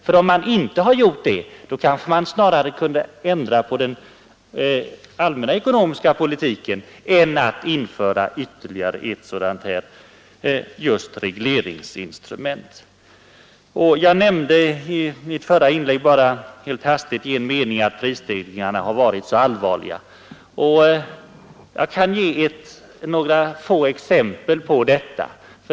För om man inte har gjort det, bör man snarare ändra på den allmänna ekonomiska politiken än att införa ytterligare ett sådant här regleringsinstrument. Jag nämnde i mitt förra inlägg helt kort att prisstegringarna har varit så allvarliga. Jag kan ge några få exempel på detta.